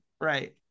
Right